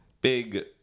big